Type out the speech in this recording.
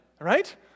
right